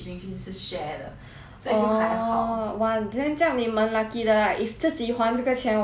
orh !wah! then 这样你蛮 lucky 的 lah if 自己还这个钱我觉得我我应该会